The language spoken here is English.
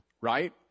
right